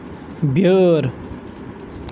بیٲر